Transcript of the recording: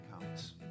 counts